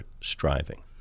striving